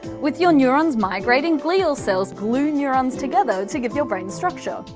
with your neurons migrating, glial cells glue neurons together to give your brain structure.